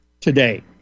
today